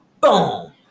boom